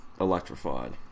electrified